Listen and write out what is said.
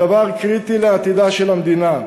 הדבר קריטי לעתידה של המדינה,